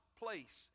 place